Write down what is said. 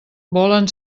volen